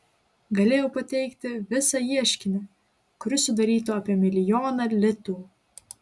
galėjau pateikti visą ieškinį kuris sudarytų apie milijoną litų